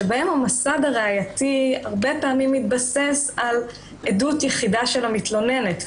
שבהן המסד הראייתי הרבה פעמים מתבסס על עדות יחידה של המתלוננת.